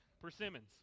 Persimmons